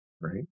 right